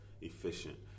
efficient